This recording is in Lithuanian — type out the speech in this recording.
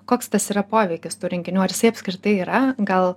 koks tas yra poveikis tų rinkinių ar jisai apskritai yra gal